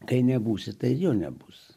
kai nebūsi tai ir jo nebus